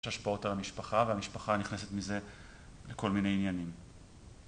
יש השפעות על המשפחה והמשפחה נכנסת מזה לכל מיני עניינים